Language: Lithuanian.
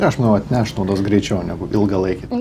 aš manau atneš naudos greičiau negu ilgalaikėj